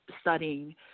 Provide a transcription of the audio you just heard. studying